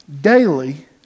daily